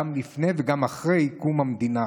גם לפני וגם אחרי קום המדינה.